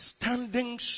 standing